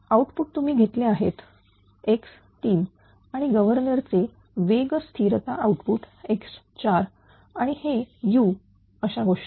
output तुम्ही घेतले आहेत x3 आणि गव्हर्नर चे वेग स्थिरता आउटपुट x4 आणि हे u अशा गोष्टी